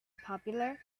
popular